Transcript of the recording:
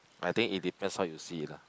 I think it depends how you see it lah